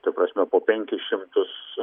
ta prasme po penkis šimtus